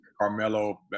carmelo